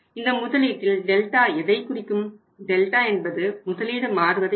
இந்த முதலீட்டில் டெல்டா என்பது முதலீடு மாறுவதை குறிக்கும்